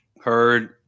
Heard